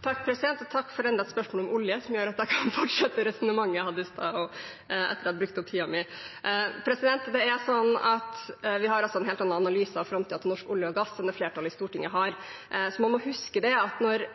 Takk for enda et spørsmål om olje, som gjør at jeg kan fortsette resonnementet jeg hadde i stad, etter å ha brukt opp tiden min. Vi har altså en helt annen analyse av framtiden til norsk olje og gass enn det flertallet i Stortinget har. Man må huske at når